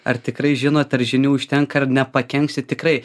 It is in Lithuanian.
ar tikrai žinot ar žinių užtenka ar nepakenksi tikrai